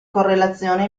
correlazione